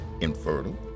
infertile